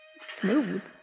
Smooth